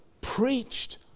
preached